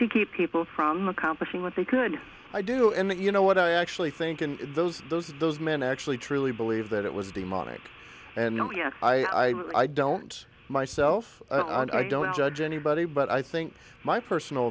to keep people from the competition what they could i do and you know what i actually think in those those those men actually truly believe that it was demonic and oh yeah i don't myself i don't judge anybody but i think my personal